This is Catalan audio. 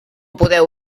podeu